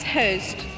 host